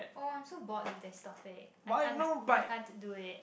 oh so bored is that topic I can't I can't do it